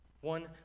one